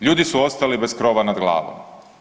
Ljudi su ostali bez krova nad glavom.